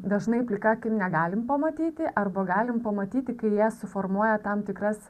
dažnai plika akim negalim pamatyti arba galim pamatyti kai jie suformuoja tam tikras